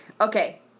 Okay